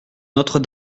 notre